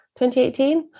2018